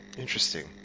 Interesting